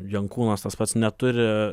jankūnas tas pats neturi